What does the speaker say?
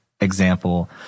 example